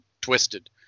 twisted